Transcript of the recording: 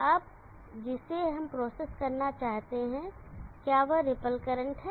अब जिसे हम प्रोसेस करना चाहते हैं क्या वह रिपल करंट है